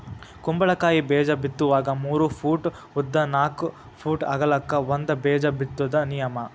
ಕುಂಬಳಕಾಯಿ ಬೇಜಾ ಬಿತ್ತುವಾಗ ಮೂರ ಪೂಟ್ ಉದ್ದ ನಾಕ್ ಪೂಟ್ ಅಗಲಕ್ಕ ಒಂದ ಬೇಜಾ ಬಿತ್ತುದ ನಿಯಮ